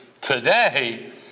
Today